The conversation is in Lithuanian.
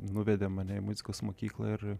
nuvedė mane į muzikos mokyklą ir